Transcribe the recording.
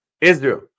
Israel